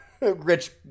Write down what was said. rich